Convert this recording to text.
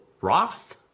Roth